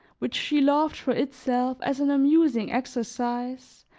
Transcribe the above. which she loved for itself as an amusing exercise,